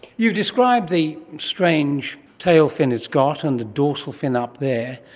you describe the strange tailfin it's got and the dorsal fin up there.